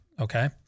okay